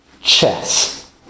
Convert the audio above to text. chess